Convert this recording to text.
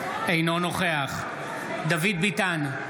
אינו נוכח דוד ביטן,